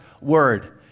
Word